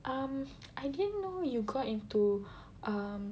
um I didn't know you got into um